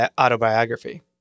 autobiography